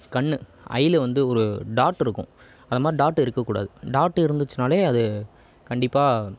கண் ஐயில் வந்து ஒரு டாட் இருக்கும் அது மாதிரி டாட் இருக்கக்கூடாது டாட் இருந்துச்சுனாலே அது கண்டிப்பாக